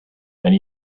and